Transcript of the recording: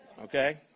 okay